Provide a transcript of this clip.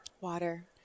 Water